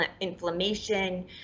inflammation